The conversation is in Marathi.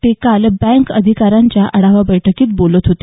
ते काल बँक अधिकाऱ्यांच्या आढावा बैठकीत ते बोलत होते